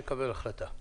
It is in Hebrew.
נקבל החלטה.